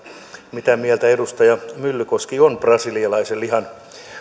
mitä mieltä edustaja myllykoski on brasilialaisen lihan